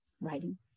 writing